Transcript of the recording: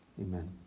amen